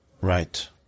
Right